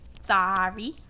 Sorry